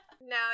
No